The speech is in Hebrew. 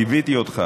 ליוויתי אותך,